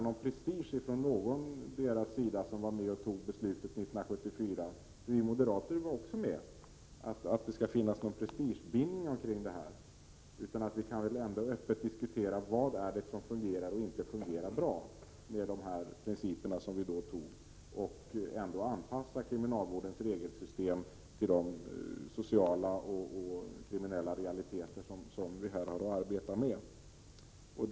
Jag tycker inte att de som var med och fattade beslutet 1974 — vi moderater var också med —-i det här sammanhanget skall känna sig bundna av någon prestige. Vi kan väl öppet diskutera vad som fungerar bra och vad som inte fungerar bra med de principer vi då antog och anpassa kriminalvårdens regelsystem till de sociala och kriminella realiteter som vi här har att arbeta med.